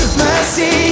mercy